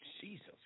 Jesus